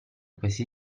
questi